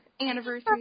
anniversary